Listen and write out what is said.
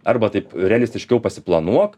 arba taip realistiškiau pasiplanuok